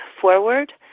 forward